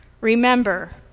Remember